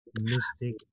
mystic